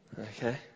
Okay